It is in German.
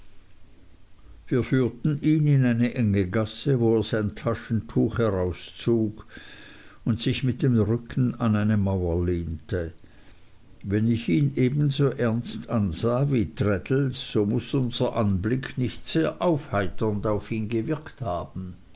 wir führten ihn in eine enge gasse wo er sein taschentuch herauszog und sich mit dem rücken an eine mauer lehnte wenn ich ihn ebenso ernst ansah wie traddles so muß unser anblick nicht sehr aufheiternd auf ihn gewirkt haben